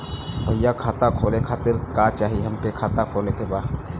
भईया खाता खोले खातिर का चाही हमके खाता खोले के बा?